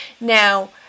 Now